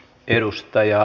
edustaja